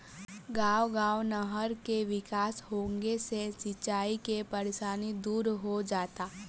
गांव गांव नहर के विकास होंगे से सिंचाई के परेशानी दूर हो जाता